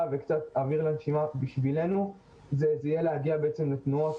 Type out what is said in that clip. וקצת אוויר לנשימה זה בשבילנו להגיע לתנועות,